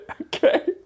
Okay